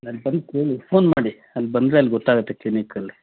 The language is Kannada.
ಅಲ್ಲಿ ಬಂದು ಕೇಳಿ ಫೋನ್ ಮಾಡಿ ಅಲ್ಲಿ ಬಂದರೆ ಅಲ್ಲಿ ಗೊತ್ತಾಗುತ್ತೆ ಕ್ಲಿನಿಕಲ್ಲಿ